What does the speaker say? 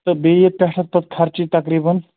تہٕ بیٚیہِ یی پٮ۪ٹھٕ اَتھ پَتہٕ خرچہِ تقریٖباً